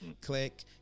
click